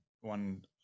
one